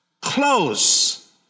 Close